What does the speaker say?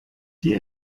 die